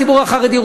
הציבור החרדי,